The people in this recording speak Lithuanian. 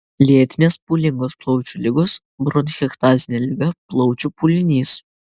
lėtinės pūlingos plaučių ligos bronchektazinė liga plaučių pūlinys